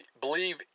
believe